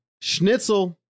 Schnitzel